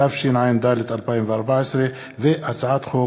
התשע"ד 2014,